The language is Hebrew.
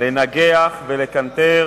לנגח ולקנטר